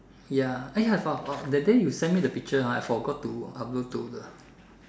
ya eh ya that day you send me the picture ah I forgot to upload to the